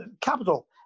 Capital